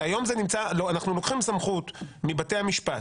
אנחנו לוקחים סמכות מבתי המשפט,